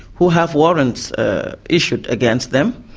who have warrants ah issued against them,